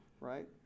right